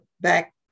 back